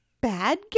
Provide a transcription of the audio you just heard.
bad